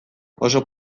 oso